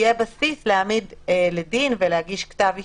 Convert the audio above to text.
יהיה בסיס להעמיד לדין ולהגיש כתב אישום,